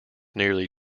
nearly